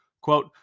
Quote